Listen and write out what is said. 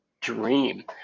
dream